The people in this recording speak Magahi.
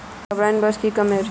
कार्बाइन बीस की कमेर?